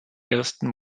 ersten